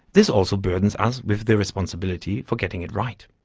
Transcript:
this also burdens us with the responsibility for getting it right.